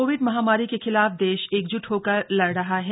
Covid महामारी के खिलाफ देश एकजुट होकर लड़ रहा है